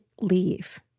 leave